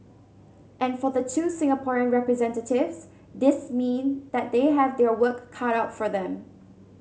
and for the two Singaporean representatives this mean that they have their work cut out for them